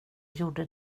gjorde